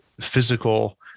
physical